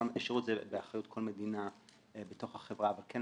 אמנם שרות זה באחריות כל מדינה בתוך החברה, ועל כן